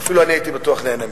בטוח שאני אפילו הייתי נהנה מזה.